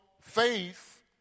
faith